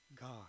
God